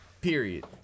Period